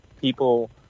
people